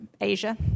Asia